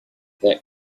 that